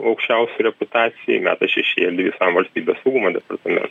aukščiausių reputacijai meta šešėlį visam valstybės saugumo departamen